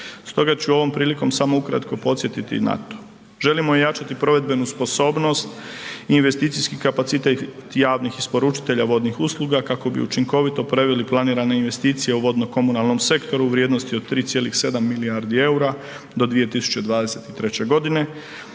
stoga ću ovom prilikom samo ukratko podsjetiti na to. Želimo ojačati provedbenu sposobnost i investicijski kapacitet javnih isporučitelja vodnih usluga kako bi učinkovito preveli planirane investicije u vodno komunalnom sektoru u vrijednosti od 3,7 milijardi EUR-a do 2023.g.